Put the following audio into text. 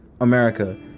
America